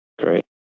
Great